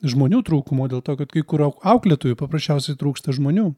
žmonių trūkumo dėl to kad kai kur au auklėtojų paprasčiausiai trūksta žmonių